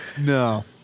no